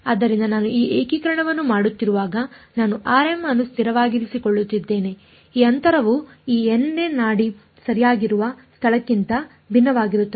ಆದ್ದರಿಂದ ನಾನು ಈ ಏಕೀಕರಣವನ್ನು ಮಾಡುತ್ತಿರುವಾಗ ನಾನು rm ಅನ್ನು ಸ್ಥಿರವಾಗಿರಿಸಿಕೊಳ್ಳುತ್ತಿದ್ದೇನೆ ಈ ಅಂತರವು ಈ n ನೇ ನಾಡಿ ಸರಿಯಾಗಿರುವ ಸ್ಥಳಕ್ಕಿಂತ ಭಿನ್ನವಾಗಿರುತ್ತದೆ